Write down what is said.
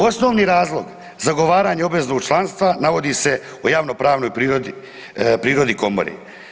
Osnovni razlog zagovaranja obveznog članstva navodi se u javnopravnoj prirodi komore.